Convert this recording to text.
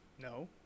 no